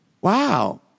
wow